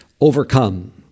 overcome